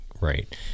right